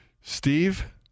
Steve